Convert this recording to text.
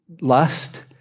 Lust